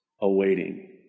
awaiting